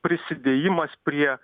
prisidėjimas prie